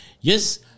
Yes